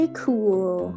cool